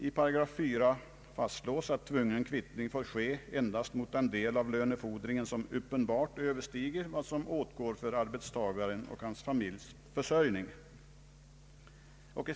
I 4 § fastslås att tvungen kvittning får ske endast mot den del av lönefordringen som uppenbart överstiger vad som åtgår för arbetstagarens och hans familjs försörjning.